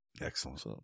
Excellent